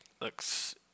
Looks